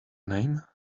name